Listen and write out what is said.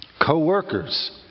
co-workers